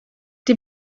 die